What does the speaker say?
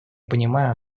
пониманию